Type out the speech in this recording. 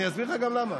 אני אסביר לך גם למה.